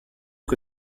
que